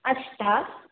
अष्ट